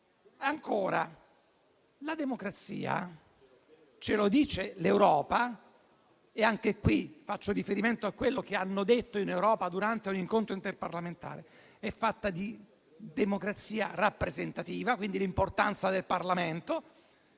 Ancora, la democrazia - come ci dice l'Europa e anche qui faccio riferimento a quello che hanno detto in Europa durante un incontro interparlamentare - è fatta di democrazia rappresentativa (di qui l'importanza del Parlamento),